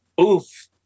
Oof